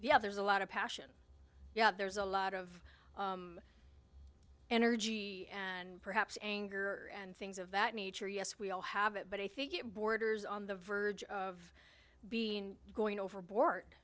yeah there's a lot of passion there's a lot of energy and perhaps anger and things of that nature yes we all have it but i think it borders on the verge of going overboard